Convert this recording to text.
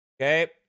Okay